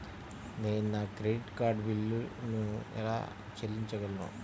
నేను నా credit card బిల్లును ఎలా చెల్లించగలను?